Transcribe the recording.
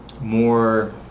more